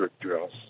drills